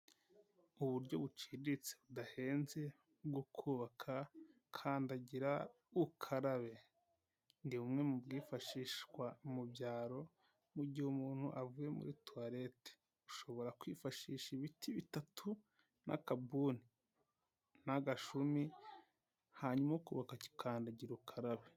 Uburyo buciriritse budahenze bwo kubaka kandagira ukarabe, ni bumwe mu bwifashishwa mu byaro mu gihe umuntu avuye muri tuwarete, ushobora kwifashisha ibiti bitatu n'akabuni n'agashumi hanyuma ukubaka kandagira ukarabe.